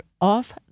Off